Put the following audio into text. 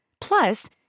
Plus